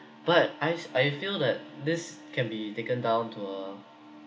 but I s~ I feel that this can be taken down to a